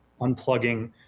unplugging